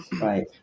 right